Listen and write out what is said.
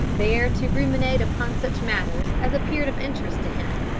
there to ruminate upon such matters as appeared of interest to him.